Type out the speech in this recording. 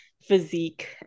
physique